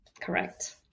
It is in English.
Correct